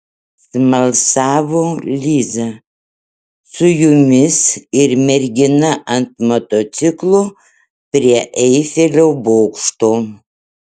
smalsavo liza su jumis ir mergina ant motociklo prie eifelio bokšto